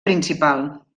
principal